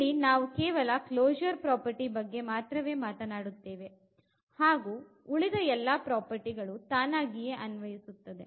ಇಲ್ಲಿ ನಾವು ಕೇವಲ ಕ್ಲೊ ಶೂರ್ ಪ್ರಾಪರ್ಟಿ ಬಗ್ಗೆ ಮಾತ್ರ ಮಾತನಾಡುತ್ತೇವೆ ಹಾಗು ಉಳಿದ ಎಲ್ಲಾ ಪ್ರಾಪರ್ಟಿ ಗಾಳು ತಾನಾಗಿಯೇ ಅನ್ವಯಿಸುತ್ತದೆ